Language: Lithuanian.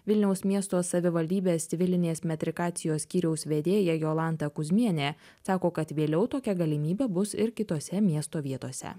vilniaus miesto savivaldybės civilinės metrikacijos skyriaus vedėja jolanta kuzmienė sako kad vėliau tokia galimybė bus ir kitose miesto vietose